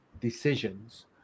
decisions